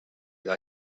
olid